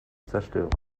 zerstören